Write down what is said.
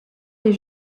des